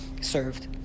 served